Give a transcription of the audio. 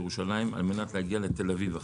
בירושלים כדי להגיע לתל אביב,